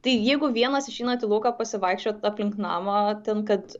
tai jeigu vienas išeinat į lauką pasivaikščiot aplink namą ten kad